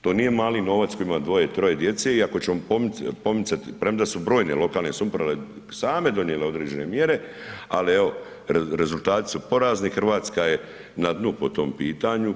To nije mali novac, tko ima 2, 3 djece i ako ćemo pomicati, premda su brojne lokalne samouprave same donijele određene mjere, ali evo rezultati su porazni, Hrvatska je na dnu po tom pitanju.